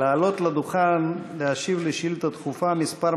לעלות לדוכן ולהשיב על שאילתה דחופה מס'